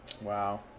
Wow